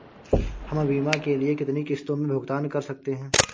हम बीमा के लिए कितनी किश्तों में भुगतान कर सकते हैं?